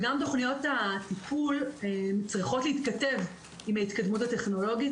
וגם תוכניות הטיפול צריכות להתכתב עם ההתקדמות הטכנולוגית.